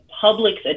public's